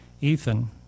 Ethan